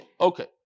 Okay